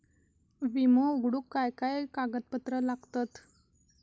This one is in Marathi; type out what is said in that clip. विमो उघडूक काय काय कागदपत्र लागतत?